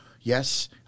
yes